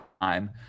time